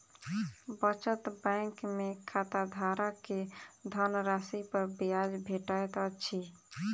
बचत बैंक में खाताधारक के धनराशि पर ब्याज भेटैत अछि